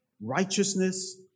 righteousness